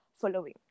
following